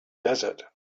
desert